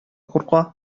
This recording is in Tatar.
курка